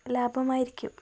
ലാഭമായിരിക്കും